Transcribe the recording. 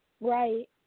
Right